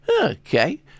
Okay